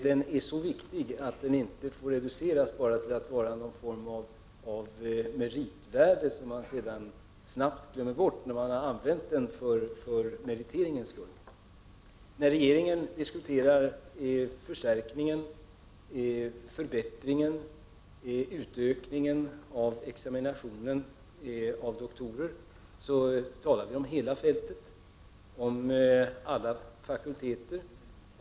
Den är så viktig att kunskapen inte får reduceras till att vara enbart någon form av meritvärde som man sedan snabbt glömmer bort när man använt den för meriteringens skull. När regeringen diskuterar förstärkning, förbättring och utökning av examinationen av doktorer talar vi om hela fältet, om alla fakulteter.